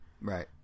Right